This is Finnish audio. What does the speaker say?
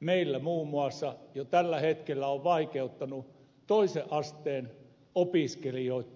meillä muun muassa jo tällä hetkellä vaikeuttanut toisen asteen opiskelijoitten koulumatkoja